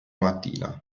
mattina